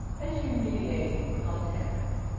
and humiliating contacts.